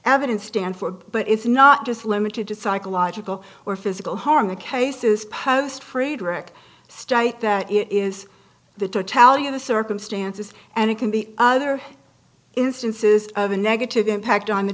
evidence stand for but it's not just limited to psychological or physical harm the case is post freidrich state that it is the totality of the circumstances and it can be other instances of a negative impact on the